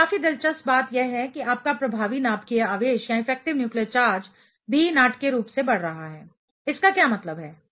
अब काफी दिलचस्प बात यह है कि आपका प्रभावी नाभिकीय आवेश इफेक्टिव न्यूक्लियर चार्ज भी नाटकीय रूप से बढ़ रहा है इसका क्या मतलब है